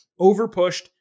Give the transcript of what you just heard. overpushed